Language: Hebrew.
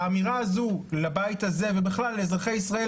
האמירה הזו לבית הזה ובכלל לאזרחי ישראל,